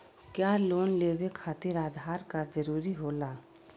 क्या लोन लेवे खातिर आधार कार्ड जरूरी होला?